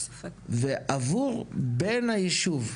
ועבור בן הישוב,